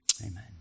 Amen